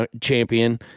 champion